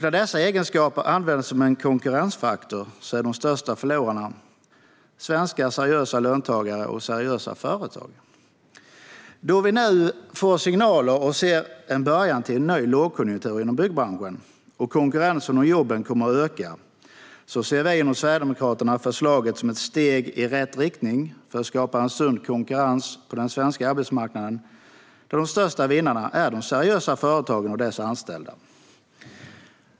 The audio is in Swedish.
När dessa egenskaper används som en konkurrensfaktor är de största förlorarna svenska löntagare och seriösa företag. Vi får nu signaler om en början till en ny lågkonjunktur inom byggbranschen och att konkurrensen om jobben kommer öka. Vi inom Sverigedemokraterna ser förslaget som ett steg i rätt riktning för att skapa en sund konkurrens på den svenska arbetsmarknaden där de största vinnarna är de seriösa företagen och deras anställda.